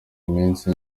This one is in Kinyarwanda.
iminsi